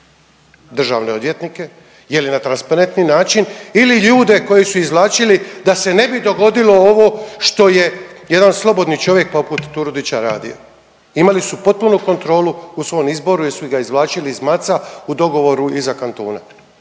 državne odvjetnike, je li na transparentniji način ili ljude koji su izvlačili da se ne bi dogodilo ovo što je jedan slobodan čovjek poput Turudića radio? Imali su potpunu kontrolu u svom izboru jesu ga izvlačili iz maca u dogovoru iza kantuna,